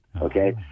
okay